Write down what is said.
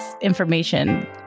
information